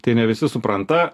tai ne visi supranta